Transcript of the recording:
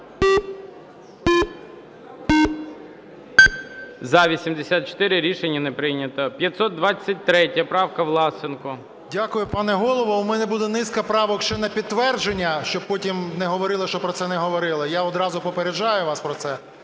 За-84 Рішення не прийнято. 523 правка, Власенко. 13:56:26 ВЛАСЕНКО С.В. Дякую, пане Голово. У мене буде низка правок ще на підтвердження, щоб потім не говорили, що про це не говорили. Я одразу попереджаю вас про це.